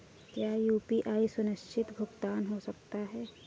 क्या यू.पी.आई सुरक्षित भुगतान होता है?